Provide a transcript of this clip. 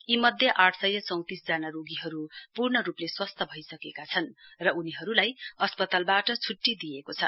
यी मध्ये आठ सय चौतिस जना रोगीहरू पूर्ण रूपले स्वस्थ भइसकेका छन् र उनूहरूलाई अस्पतालबाट छुट्टी दिइएको छ